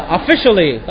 officially